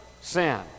sin